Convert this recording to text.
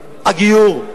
הגיור,